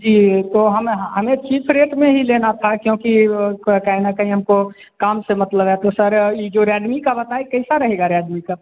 जी तो हम हमें चीफ रेट में ही लेना था क्योंकि वह क क्या है ना कहीं हमको काम से मतलब है तो सर ई जो रेडमी का बताएँ कैसा रहेगा रेडमी का